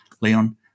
Leon